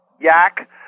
yak